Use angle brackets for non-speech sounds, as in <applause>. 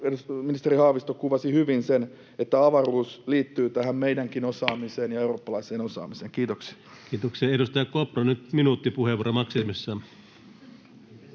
ministeri Haavisto kuvasi hyvin sen, että avaruus liittyy tähän meidänkin osaamiseen <noise> ja eurooppalaiseen osaamiseen. — Kiitoksia. Kiitoksia. — Edustaja Kopra, nyt minuutin puheenvuoro maksimissaan.